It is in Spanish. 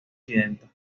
presidenta